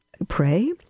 Pray